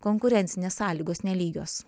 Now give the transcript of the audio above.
konkurencinės sąlygos nelygios